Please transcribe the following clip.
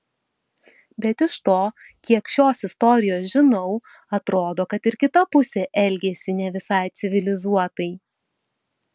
bet iš to kiek šios istorijos žinau atrodo kad ir kita pusė elgėsi ne visai civilizuotai